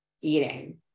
eating